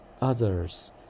others